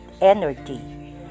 energy